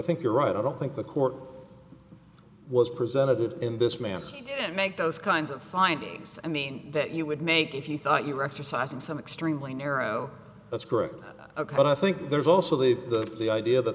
think you're right i don't think the court was presented in this manner and make those kinds of findings i mean that you would make if you thought you were exercising some extremely narrow that's group a cut i think there's also the the idea that